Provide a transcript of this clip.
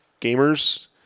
gamers